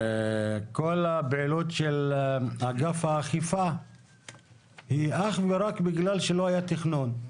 כל הפעילות של אגף האכיפה היא אך ורק בגלל שלא היה תכנון.